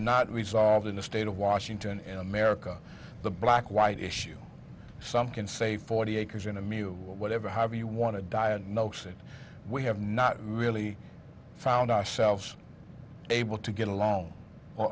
not resolved in the state of washington and america the black white issue some can say forty acres in a meal whatever however you want to diagnose it we have not really found ourselves able to get alone or